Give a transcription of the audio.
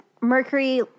Mercury